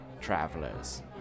travelers